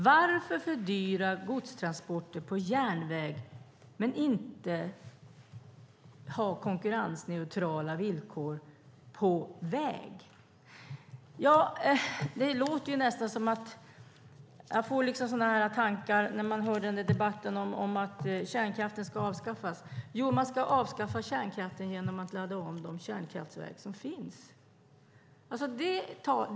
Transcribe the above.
Varför fördyra godstransporter på järnväg men inte ha konkurrensneutrala villkor på väg? Jag får liksom sådana tankar som när vi hörde debatten om att kärnkraften ska avskaffas - man ska avskaffa kärnkraften genom att ladda om de kärnkraftverk som finns.